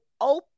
open